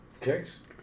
kicks